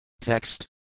Text